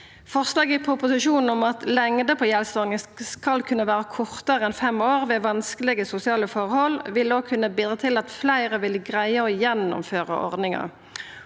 Forslaget i proposisjonen om at lengda på gjeldsordninga skal kunna vera kortare enn fem år ved vanskelege sosiale forhold, vil òg kunna bidra til at fleire vil greia å gjennomføra ordninga.